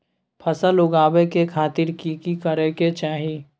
फसल उगाबै के खातिर की की करै के चाही?